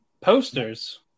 posters